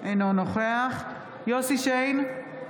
אינו נוכח יוסף שיין,